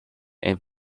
and